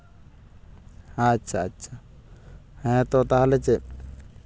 ᱟᱪᱪᱷᱟ ᱟᱪᱪᱷᱟ ᱦᱮᱸᱛᱚ ᱛᱟᱦᱞᱮ ᱪᱮᱫ